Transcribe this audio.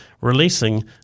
releasing